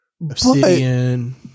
Obsidian